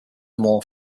more